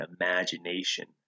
imagination